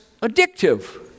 addictive